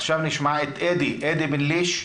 עכשיו נשמע את אדי בן ליש,